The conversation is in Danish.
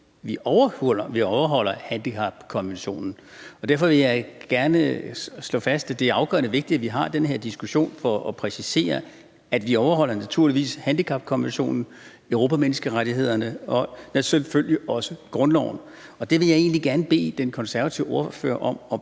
vi overholder handicapkonventionen, og derfor vil jeg gerne slå fast, at det er afgørende vigtigt, at vi har den her diskussion for at præcisere, at vi naturligvis overholder handicapkonventionen, de europæiske menneskerettigheder og selvfølgelig også grundloven. Jeg vil egentlig gerne bede De Konservatives ordfører